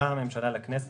באה הממשלה לכנסת,